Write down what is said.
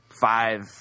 five